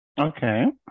okay